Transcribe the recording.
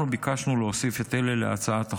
אנחנו ביקשנו להוסיף את אלה להצעת החוק.